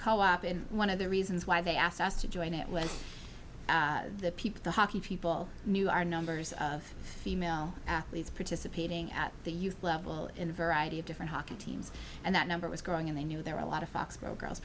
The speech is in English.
co op in one of the reasons why they asked us to join it was the people the hockey people knew our numbers of female athletes participating at the youth level in a variety of different hockey teams and that number was growing and they knew there were a lot of foxborough girls